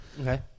Okay